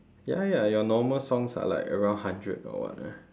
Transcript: ya ya your normal sounds ah like around hundred or what ah